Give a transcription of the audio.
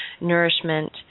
nourishment